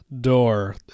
door